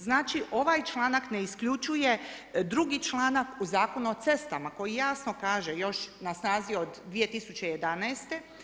Znači ovaj članak ne isključuje drugi članak u Zakonu o cestama, koji jasno kaže, još na snazi je od 2011.